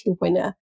winner